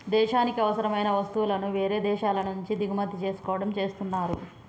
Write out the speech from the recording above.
దేశానికి అవసరమైన వస్తువులను వేరే దేశాల నుంచి దిగుమతి చేసుకోవడం చేస్తున్నరు